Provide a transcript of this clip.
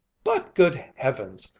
but, good heavens!